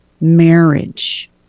marriage